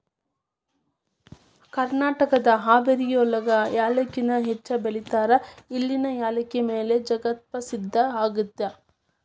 ಕರ್ನಾಟಕದ ಹಾವೇರಿಯೊಳಗ ಯಾಲಕ್ಕಿನ ಹೆಚ್ಚ್ ಬೆಳೇತಾರ, ಇಲ್ಲಿನ ಯಾಲಕ್ಕಿ ಮಾಲಿ ಜಗತ್ಪ್ರಸಿದ್ಧ ಆಗೇತಿ